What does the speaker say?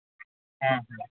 ᱦᱚᱸ ᱦᱚᱸ